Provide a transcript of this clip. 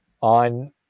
on